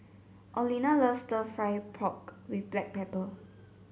Olena loves stir fry pork with Black Pepper